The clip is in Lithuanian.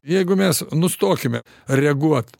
jeigu mes nustokime reaguot